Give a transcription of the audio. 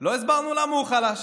לא הסברנו למה הוא חלש.